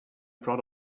proud